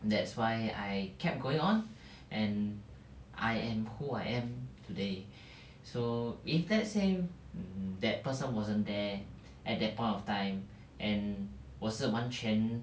that's why I kept going on and I am who I am today so if let's say mm that person wasn't there at that point of time and 我是完全